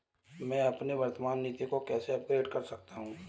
मैं अपनी वर्तमान नीति को कैसे अपग्रेड कर सकता हूँ?